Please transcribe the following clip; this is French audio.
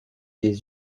des